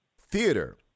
theater